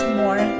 more